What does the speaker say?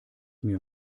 mir